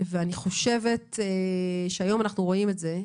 ואני חושבת שהיום אנחנו רואים את זה,